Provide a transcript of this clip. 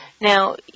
Now